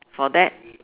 for that